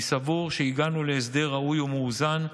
אני סבור שהגענו להסדר ראוי ומאוזן,